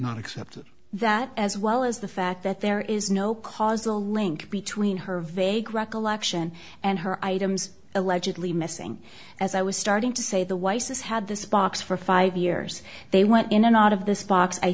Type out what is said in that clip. not accept that as well as the fact that there is no causal link between her vague recollection and her items allegedly missing as i was starting to say the weiss's had this box for five years they went in and out of this box i